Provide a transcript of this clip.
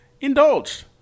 indulged